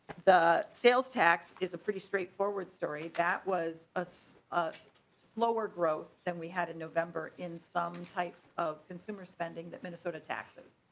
the sales tax is a pretty straightforward story that was us. slower growth than we had in november in some types of consumer spending that minnesota taxes.